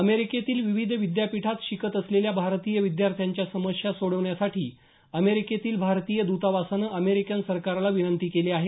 अमेरिकेतील विविध विद्यापिठात शिकत असलेल्या भारतीय विद्यार्थांच्या समस्या सोडवण्यासाठी अमेरिकेतील भारतीय द्रतावासानं अमेरिकन सरकारला विनंती केली आहे